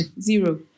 Zero